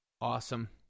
Awesome